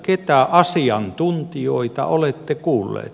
keitä asiantuntijoita olette kuulleet